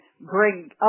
bring